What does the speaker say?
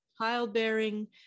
childbearing